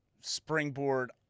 springboard